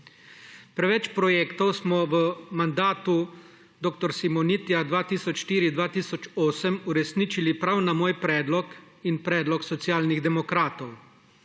Preveč projektov smo v mandatu dr. Simonitija 2004–2008 uresničili prav na moj predlog in predlog Socialnih demokratov.